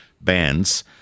bands